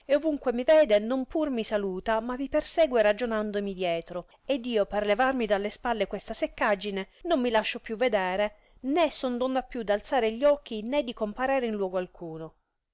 ovunque mi vede non pur mi saluta ma mi persegue ragionandomi dietro ed io per levarmi dalle spalle questa seccaggine non mi lascio più vedere né son donna più d alzare gli occhi né di comparere in luogo alcuno